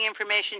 information